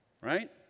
Right